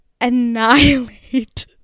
annihilate